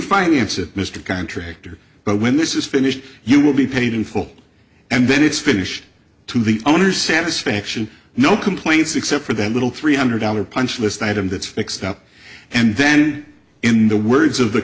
finance it mr contractor but when this is finished you will be paid in full and then it's finished to the owner satisfaction no complaints except for that little three hundred dollars punch list item that's fixed up and then in the words of the